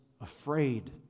afraid